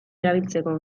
erabiltzeko